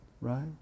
Right